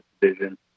Division